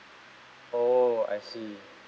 oh I see